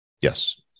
yes